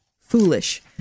foolish